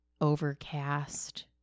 Overcast